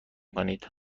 کنید